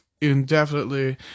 indefinitely